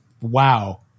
wow